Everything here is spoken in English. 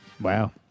Wow